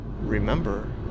remember